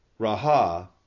Raha